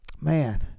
Man